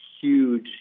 huge